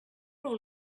all